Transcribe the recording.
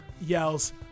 yells